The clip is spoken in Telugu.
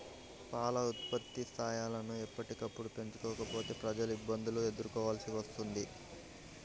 పాల ఉత్పత్తి స్థాయిలను ఎప్పటికప్పుడు పెంచుకోకపోతే ప్రజలు ఇబ్బందులను ఎదుర్కోవలసి వస్తుంది